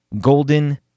golden